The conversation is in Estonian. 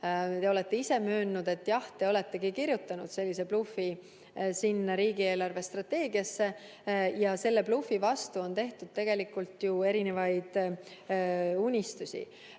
Te olete ise möönnud, et jah, te oletegi kirjutanud sellise blufi sinna riigi eelarvestrateegiasse ja selle blufi vastu on tehtud tegelikult ju erinevaid unistusi.